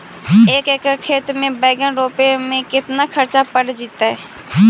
एक एकड़ खेत में बैंगन रोपे में केतना ख़र्चा पड़ जितै?